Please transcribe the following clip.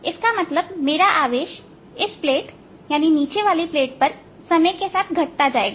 इसका मतलब मेरा आवेश इस प्लेट नीचे वाली प्लेट पर समय के साथ घटता जाएगा